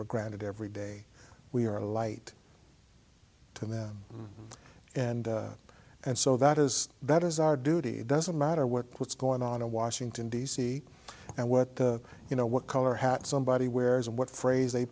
for granted every day we are a light to them and and so that is that is our duty it doesn't matter what what's going on in washington d c and what the you know what color hat somebody wears and what phrase they